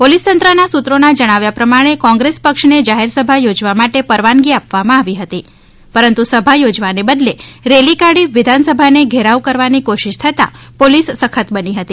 police તંત્ર ના સૂત્રો જણાવે છે કે કોંગ્રેસ પક્ષ ને જાહેરસભા યોજવા માટે પરવાનગી આપવામાં આવી હતી પરંતુ સભા યોજવાને બદલે રેલી કાઢી વિધાનસભા ને ઘેરાવ કરવાની કોશિશ થતા પોલિસ સખત બની હતી